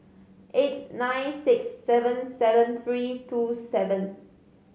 eight nine six seven seven three two seven